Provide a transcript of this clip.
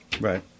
right